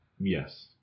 yes